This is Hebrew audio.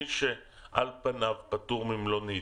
מי שעל פניו פטור ממלונית,